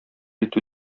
итү